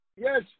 Yes